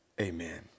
Amen